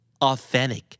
Authentic